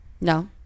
no